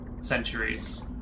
centuries